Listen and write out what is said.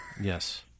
Yes